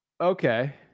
okay